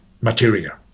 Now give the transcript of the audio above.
material